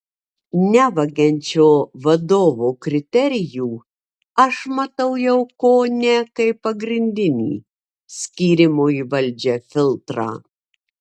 nevagiančio vadovo kriterijų aš matau jau kone kaip pagrindinį skyrimo į valdžią filtrą